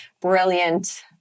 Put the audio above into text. brilliant